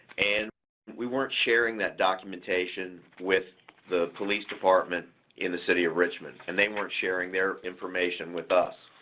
and we weren't sharing that documentation with the police department in the city of richmond, and they weren't sharing their information with us.